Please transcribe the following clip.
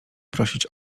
prosić